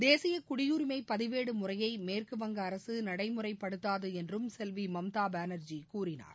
தேசிய குடியுரிமை பதிவேடு முறையை மேற்கு வங்க அரசு நடைமுறைபடுத்தாது என்றும் செல்வி மம்தா பானர்ஜி கூறினார்